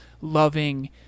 loving